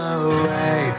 away